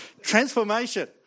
Transformation